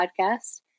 podcast